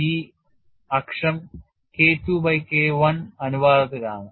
ഈ അക്ഷം K II by K I അനുപാതത്തിൽ ആണ്